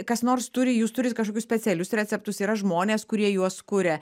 kas nors turi jūs turit kažkokius specialius receptus yra žmonės kurie juos kuria